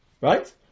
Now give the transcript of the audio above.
Right